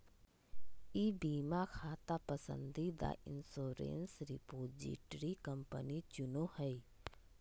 ई बीमा खाता पसंदीदा इंश्योरेंस रिपोजिटरी कंपनी चुनो हइ